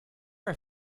are